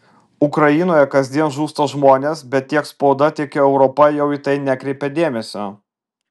ukrainoje kasdien žūsta žmonės bet tiek spauda tiek europa jau į tai nekreipia dėmesio